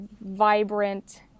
vibrant